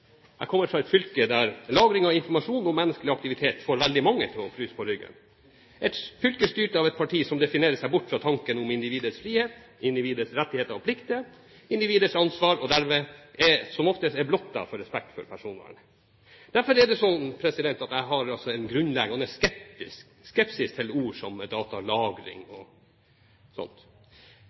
Jeg kommer fra et fylke der lagring av informasjon om menneskelig aktivitet får veldig mange til å fryse på ryggen – et fylke styrt av et parti som definerer seg bort fra tanken om individets frihet, individets rettigheter og plikter, individets ansvar og som derved som oftest er blottet for respekt for personvernet. Derfor er det sånn at jeg har en grunnleggende skepsis til ord som datalagring og